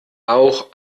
auch